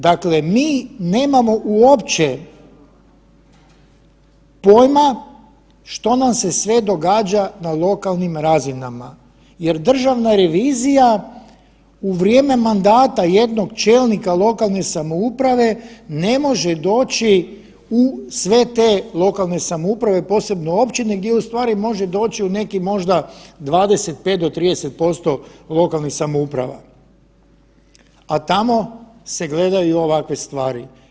Dakle, mi nemamo uopće pojma što nam se sve događa na lokalnim razinama jer državna revizija u vrijeme mandata jednog čelnika lokalne samouprave ne može doći u sve te lokalne samouprave, posebno općine gdje u stvari može doći u neki možda 25 do 30% lokalnih samouprava, a tamo se gledaju ovakve stvari.